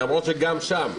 למרות שגם שם,